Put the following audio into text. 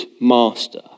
master